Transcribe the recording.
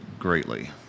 greatly